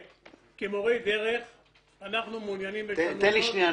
כמורי דרך אנחנו מעוניינים בהשתלמויות --- תן לי שנייה.